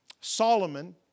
Solomon